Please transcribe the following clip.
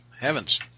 Heavens